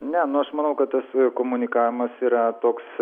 ne nu aš manau kad tas komunikavimas yra toks